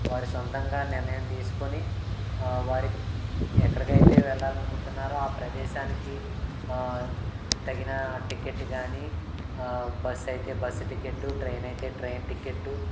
వారి సొంతంగా నిర్ణయం తీసుకొని వారి ఎక్కడికైతే వెళ్లాలనుకుంటున్నారో ఆ ప్రదేశానికి తగిన టికెట్టు గానీ బస్సు అయితే బస్సు టికెట్టు ట్రైన్ అయితే ట్రైన్ టికెట్టు